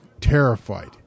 terrified